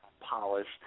polished